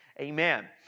Amen